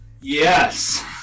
Yes